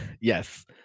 yes